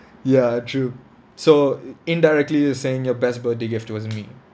ya true so i~ indirectly you're saying your best birthday gift was me